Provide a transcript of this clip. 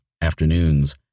afternoons